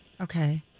Okay